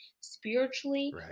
spiritually